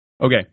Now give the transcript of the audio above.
okay